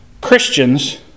Christians